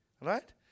right